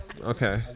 Okay